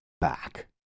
back